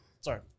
Sorry